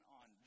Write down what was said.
on